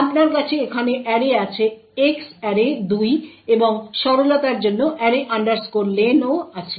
আপনার কাছে এখানে অ্যারে আছে X অ্যারে 2 এবং সরলতার জন্য array lenও আছে